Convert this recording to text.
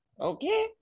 okay